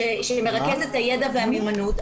שמרכז את הידע ואת המיומנות.